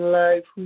life